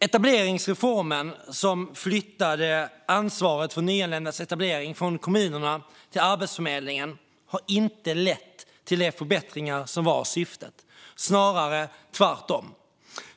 Etableringsreformen, som flyttade ansvaret för nyanländas etablering från kommunerna till Arbetsförmedlingen, har inte lett till de förbättringar som var syftet, snarare tvärtom.